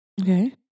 Okay